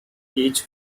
each